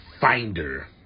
finder